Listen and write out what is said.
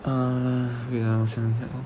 uh wait ah 我想一下